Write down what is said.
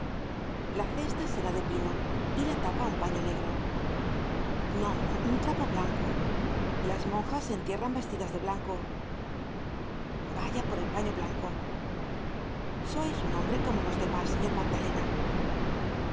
la cesta será de pino y la tapa un paño negro no un trapo blanco las monjas se entierran vestidas de blanco vaya por el paño blanco content from google book search generated at sois un hombre como los demás señor magdalena